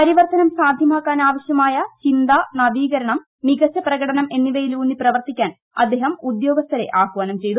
പരിവർത്തനം സാധ്യമാകാൻ ആവശ്യമായ ചിന്ത നവീകരണം മികച്ച പ്രകടനം എന്നിവയിലൂന്നി പ്രവർത്തിക്കാൻ അദ്ദേഹം ഉദ്യോഗസ്ഥരെ ആഹ്വാനം ചെയ്തു